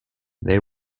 they